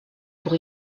pour